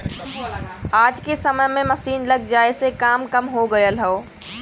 आज के समय में मसीन लग जाये से काम कम हो गयल हौ